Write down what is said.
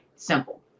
Simple